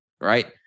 right